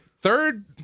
Third